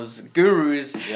gurus